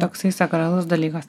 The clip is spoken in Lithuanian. toksai sakralus dalykas